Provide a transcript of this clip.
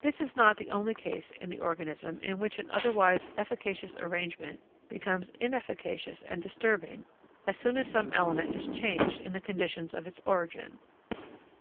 this is not the only case in the organism in which an otherwise efficacious arrangement became inefficacious and disturbing as soon as some element is changed in the conditions of its origin